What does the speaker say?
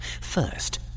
First